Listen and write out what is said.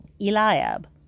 Eliab